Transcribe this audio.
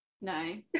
No